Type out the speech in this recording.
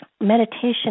meditation